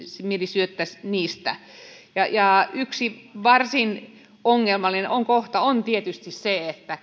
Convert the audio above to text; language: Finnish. yksimielisyyttä niistä yksi varsin ongelmallinen kohta on tietysti se että